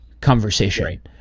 conversation